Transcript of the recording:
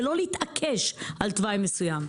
ולא להתעקש על תוואי מסוים.